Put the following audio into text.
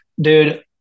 dude